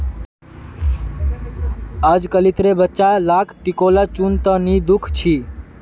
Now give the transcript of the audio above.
अजकालितेर बच्चा लाक टिकोला चुन त नी दख छि